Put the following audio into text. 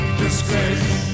disgrace